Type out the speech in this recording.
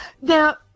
Now